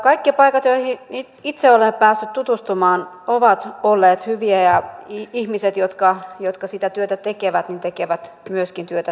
kaikki paikat joihin itse olen päässyt tutustumaan ovat olleet hyviä ja ihmiset jotka sitä työtä tekevät tekevät myöskin työtä sydämellään